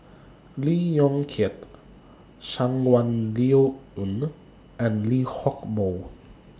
Lee Yong Kiat Shangguan Liuyun and Lee Hock Moh